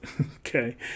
okay